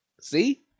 See